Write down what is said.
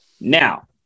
Now